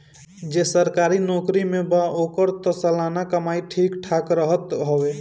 जे सरकारी नोकरी में बा ओकर तअ सलाना कमाई ठीक ठाक रहत हवे